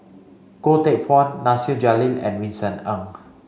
Goh Teck Phuan Nasir Jalil and Vincent Ng